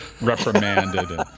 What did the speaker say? reprimanded